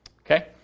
okay